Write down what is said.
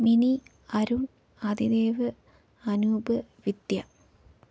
mini Arun Athidev Anoop Vidya